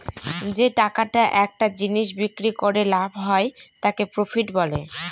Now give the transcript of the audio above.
যে টাকাটা একটা জিনিস বিক্রি করে লাভ হয় তাকে প্রফিট বলে